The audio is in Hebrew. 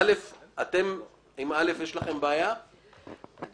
יש לכם בעיה עם